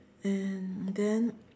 and then